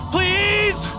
Please